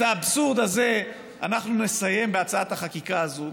את האבסורד הזה אנחנו נסיים בהצעת החקיקה הזאת.